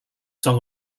song